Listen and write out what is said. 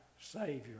Savior